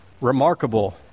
remarkable